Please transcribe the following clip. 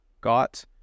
got